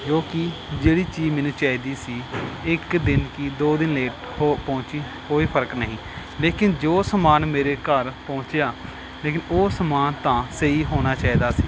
ਜੋ ਕਿ ਜਿਹੜੀ ਚੀਜ਼ ਮੈਨੂੰ ਚਾਹੀਦੀ ਸੀ ਇੱਕ ਦਿਨ ਕੀ ਦੋ ਦਿਨ ਲੇਟ ਹੋ ਪਹੁੰਚੀ ਕੋਈ ਫ਼ਰਕ ਨਹੀਂ ਲੇਕਿਨ ਜੋ ਸਮਾਨ ਮੇਰੇ ਘਰ ਪਹੁੰਚਿਆ ਲੇਕਿਨ ਉਹ ਸਮਾਨ ਤਾਂ ਸਹੀ ਹੋਣਾ ਚਾਹੀਦਾ ਸੀ